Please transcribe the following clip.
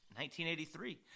1983